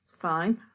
fine